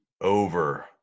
over